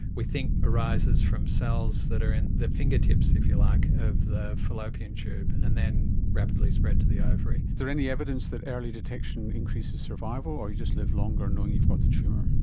we think arises from cells that are in the fingertips, if you like, of the fallopian tube, and then rapidly spread to the ovary. is there any evidence that early detection increases survival, or you just live longer knowing you've got the tumour?